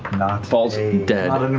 falls and dead. and